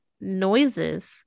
noises